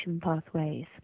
pathways